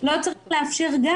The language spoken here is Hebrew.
כמפלגה וכו' יצרתי אותו.